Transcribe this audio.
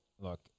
look